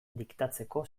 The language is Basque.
diktatzeko